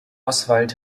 oswald